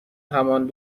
همان